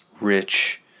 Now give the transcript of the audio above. rich